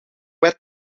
wet